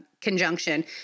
conjunction